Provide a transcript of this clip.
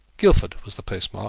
guildford was the postmark,